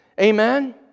Amen